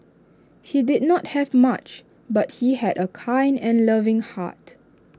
he did not have much but he had A kind and loving heart